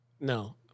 No